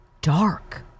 dark